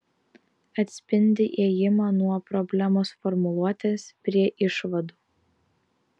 atspindi ėjimą nuo problemos formuluotės prie išvadų